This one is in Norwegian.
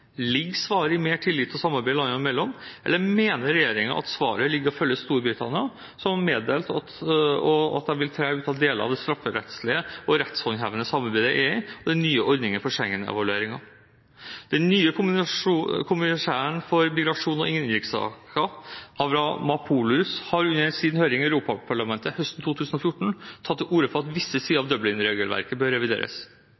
Ligger svaret i mer tillit og samarbeid landene imellom, eller mener regjeringen at svaret ligger i å følge Storbritannia, som har meddelt at de vil tre ut av deler av det strafferettslige og rettshåndhevende samarbeidet i EU, den nye ordningen for Schengen-evalueringer? Den nye kommissæren for migrasjon og innenrikssaker, Avramopoulos, har under sin høring i Europaparlamentet høsten 2014 tatt til orde for at visse sider av Dublin-reglementet bør revideres.